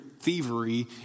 thievery